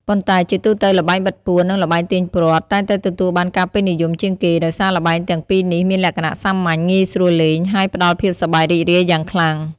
ប៉ុន្តែជាទូទៅ ល្បែងបិទពួន និងល្បែងទាញព្រ័ត្រ តែងតែទទួលបានការពេញនិយមជាងគេ ដោយសារល្បែងទាំងពីរនេះមានលក្ខណៈសាមញ្ញ ងាយស្រួលលេង ហើយផ្ដល់ភាពសប្បាយរីករាយយ៉ាងខ្លាំង។